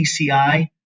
PCI